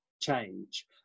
change